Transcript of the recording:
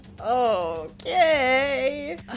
Okay